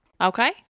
Okay